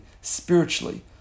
spiritually